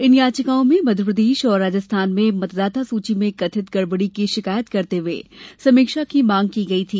इन याचिकाओं में मध्यप्रदेश और राजस्थान में मतदाता सूची में कथित गड़बड़ी की शिकायत करते हुए समीक्षा की मांग की गई थी